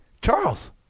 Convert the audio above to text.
Charles